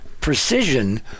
precision